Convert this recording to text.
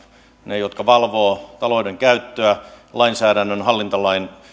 ne jotka valvovat taloudenkäyttöä lainsäädännön hallintolain